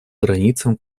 границам